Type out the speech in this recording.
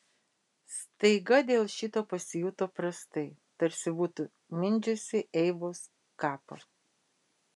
staiga dėl šito pasijuto prastai tarsi būtų mindžiusi eivos kapą